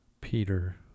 Peter